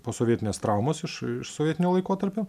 posovietinės traumos iš iš sovietinio laikotarpio